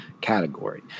category